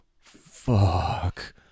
fuck